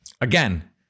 Again